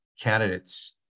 candidates